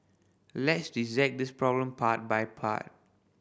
let's dissect this problem part by part